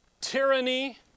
tyranny